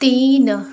तीन